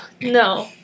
No